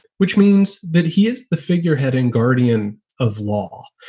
which means that he is the figurehead and guardian of law.